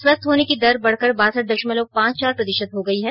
स्वस्थ होने की दर बढकर बासठ दशमलव पांच चार प्रतिशत हो गयी है